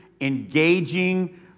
engaging